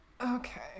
Okay